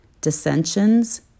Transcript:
dissensions